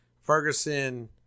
Ferguson